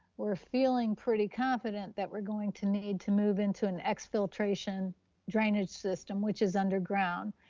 we're feeling pretty confident that we're going to need to move into an exfiltration drainage system, which is underground.